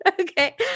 Okay